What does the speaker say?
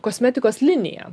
kosmetikos liniją